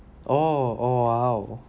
oh !wow!